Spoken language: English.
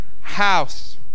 house